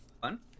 fun